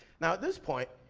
now at this point,